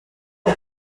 der